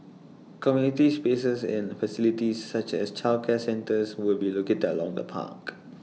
community spaces and facilities such as childcare centres will be located along the park